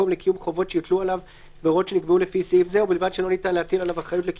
סברנו שמלבד ההגבלות הכלליות שיחולו גם על מסגרות רווחה,